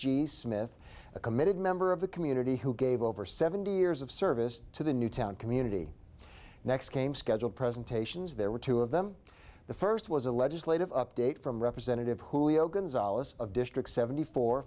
g smith a committed member of the community who gave over seventy years of service to the newtown community next came scheduled presentations there were two of them the first was a legislative update from representative julio gonzales of district seventy four